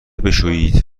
بشویید